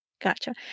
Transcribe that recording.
Gotcha